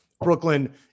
Brooklyn